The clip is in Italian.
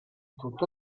tutto